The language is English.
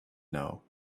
know